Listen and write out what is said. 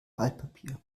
altpapier